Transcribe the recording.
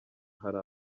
hari